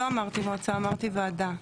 לא אמרתי מועצה, אמרתי ועדה.